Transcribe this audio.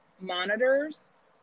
monitors